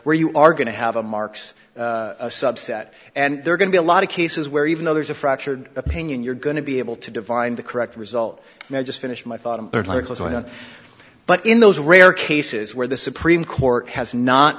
where you are going to have a marx subset and there are going to be a lot of cases where even though there's a fractured opinion you're going to be able to divine the correct result and i just finish my thought of going on but in those rare cases where the supreme court has not